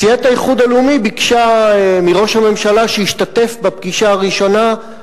סיעת האיחוד הלאומי ביקשה מראש הממשלה שישתתף בפגישה הראשונה,